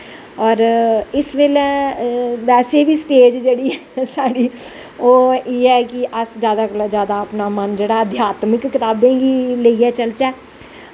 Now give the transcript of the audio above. और इस बेल्लै बैसे बी स्टेज़ साढ़ी जेह्ड़ी ओह् इयै ऐ कि अस जादा कोला दा जादा मन जेह्ड़ा अध्यातमिक कताबें गी लेइयै चलचै